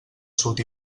sud